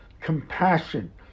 compassion